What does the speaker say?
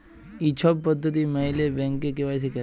ই ছব পদ্ধতি ম্যাইলে ব্যাংকে কে.ওয়াই.সি ক্যরে